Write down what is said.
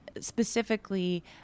specifically